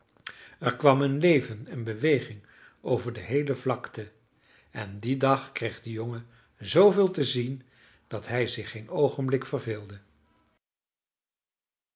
er kwam een leven en beweging over de heele vlakte en dien dag kreeg de jongen zooveel te zien dat hij zich geen oogenblik verveelde